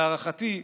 להערכתי,